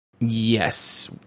Yes